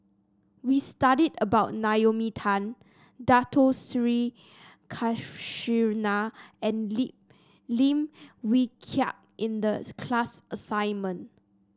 we studied about Naomi Tan Dato Sri Krishna and Lim Lim Wee Kiak in the class assignment